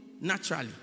naturally